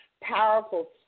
powerful